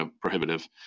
prohibitive